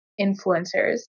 influencers